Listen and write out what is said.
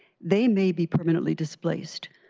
they may be permanently displaced.